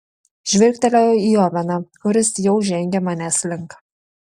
žvilgtelėjau į oveną kuris jau žengė manęs link